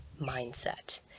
mindset